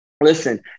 listen